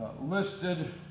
listed